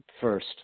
first